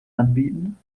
anbieten